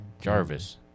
Jarvis